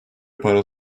para